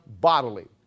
bodily